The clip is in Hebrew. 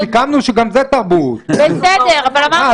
הוא הזרוע המבצעת --- בשביל זה אנחנו כאן.